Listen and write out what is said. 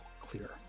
clear